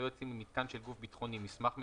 יוציא ממיתקן של גוף ביטחוני מסמך מסוים,